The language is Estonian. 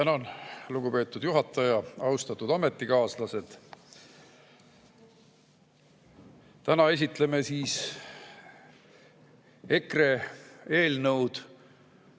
Tänan! Lugupeetud juhataja! Austatud ametikaaslased! Täna esitleme EKRE eelnõu,